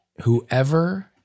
whoever